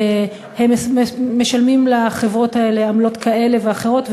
הם משלמים לחברות האלה עמלות כאלה ואחרות,